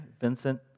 Vincent